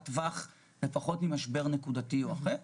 טווח ופחות בגלל משבר נקודתי כזה או אחר.